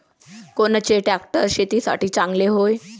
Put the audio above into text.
कोनचे ट्रॅक्टर शेतीसाठी चांगले हाये?